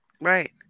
Right